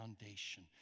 foundation